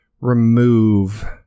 remove